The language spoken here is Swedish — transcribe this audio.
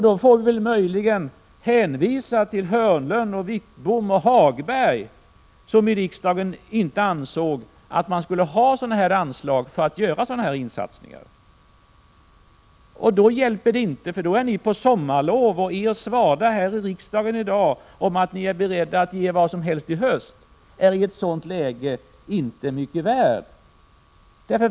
Då får vi väl hänvisa till Hörnlund och Wittbom och Hagberg, som i riksdagen inte ansåg att man skulle ge några anslag för att göra sådana här insatser. Men då är ni på sommarlov, och er svada här i riksdagen i dag om att ni är beredda att ge vad som helst i höst är i ett sådant läge inte mycket värd.